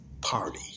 party